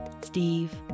Steve